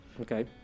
okay